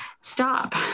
Stop